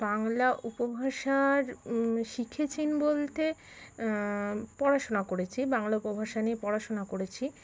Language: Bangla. বাংলা উপভাষার শিখেছেন বলতে পড়াশোনা করেছি বাংলা উপভাষা নিয়ে পড়াশোনা করেছি